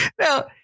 now